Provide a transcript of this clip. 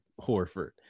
horford